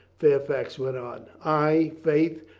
fairfax went on. ay, faith,